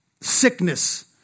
Sickness